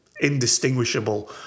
indistinguishable